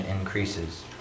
increases